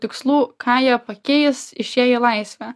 tikslų ką jie pakeis išėję į laisvę